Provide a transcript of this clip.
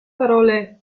parole